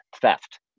theft